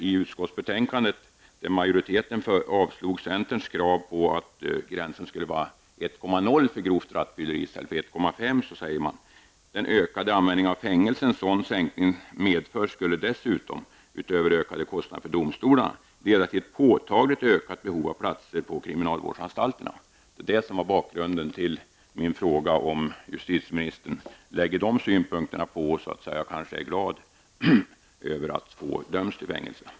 I utskottsbetänkandet, där majoriteten avstyrkte centerns krav på att gränsen skulle vara 1,0 för grovt rattfylleri i stället för 1,5, säger man nämligen: ''Den ökade användning av fängelse som en sådan sänkning medför skulle dessutom -- utöver ökade kostnader i domstolarna -- leda till ett påtagligt ökat behov av platser på kriminalvårdsanstalterna.'' Det var det som var bakgrunden till min fråga om justitieministern anlägger den synpunkten och kanske är glad över att få döms till fängelse.